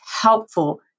helpful